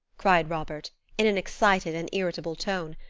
cried robert, in an excited and irritable tone,